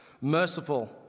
merciful